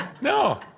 No